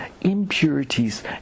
impurities